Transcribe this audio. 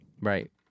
Right